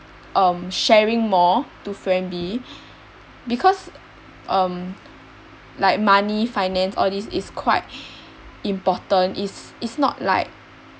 um sharing more to friend B because um like money finance all this is quite important it's it's not like